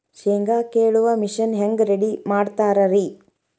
ಶೇಂಗಾ ಕೇಳುವ ಮಿಷನ್ ಹೆಂಗ್ ರೆಡಿ ಮಾಡತಾರ ರಿ?